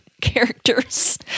characters